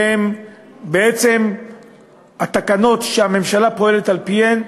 שהם בעצם התקנות שהממשלה פועלת על-פיהן.